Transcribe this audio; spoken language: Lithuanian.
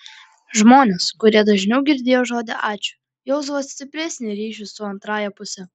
žmonės kurie dažniau girdėjo žodį ačiū jausdavo stipresnį ryšį su antrąja puse